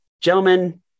gentlemen